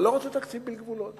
אני לא רוצה תקציב בלי גבולות,